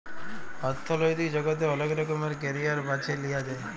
অথ্থলৈতিক জগতে অলেক রকমের ক্যারিয়ার বাছে লিঁয়া যায়